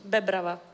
Bebrava